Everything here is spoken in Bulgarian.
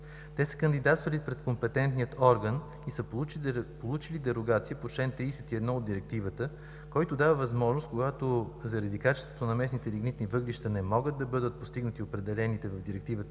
Те са кандидатствали пред компетентния орган и са получили дерогация по чл. 31 от Директивата, който дава възможност когато заради качеството на местните лигнитни въглища не могат да бъдат постигнати определените в Директивата